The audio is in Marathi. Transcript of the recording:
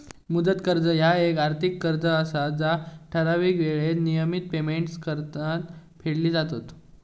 मुदत कर्ज ह्या येक आर्थिक कर्ज असा जा ठराविक येळेत नियमित पेमेंट्स करान फेडली जातत